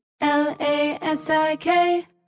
L-A-S-I-K